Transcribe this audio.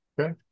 Okay